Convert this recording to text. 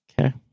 Okay